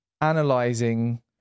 analyzing